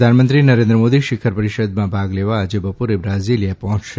પ્રધાનમંત્રી નરેન્દ્ર મોદી શિખર પરીષદમાં ભાગ લેવા આજે બપોરે બ્રાઝીલીયા પહોંચશે